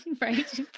Right